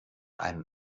einem